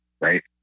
right